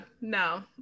no